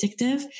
addictive